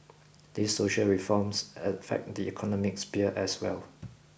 these social reforms affect the economic sphere as well